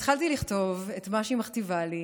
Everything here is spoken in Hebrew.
התחלתי לכתוב את מה שהיא מכתיבה לי,